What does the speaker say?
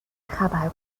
خبر